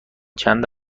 چند